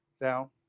Down